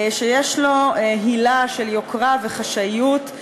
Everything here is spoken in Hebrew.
שיש לו הילה של יוקרה וחשאיות,